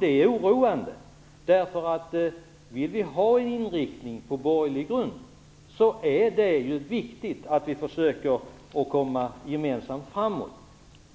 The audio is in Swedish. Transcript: Det är oroande, därför att om vi vill ha en inriktning på borgerlig grund är det viktigt att vi försöker komma gemensamt framåt.